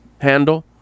handle